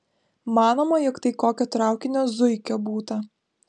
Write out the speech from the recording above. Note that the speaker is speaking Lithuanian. manoma jog tai kokio traukinio zuikio būta